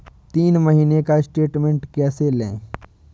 तीन महीने का स्टेटमेंट कैसे लें?